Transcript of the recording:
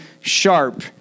sharp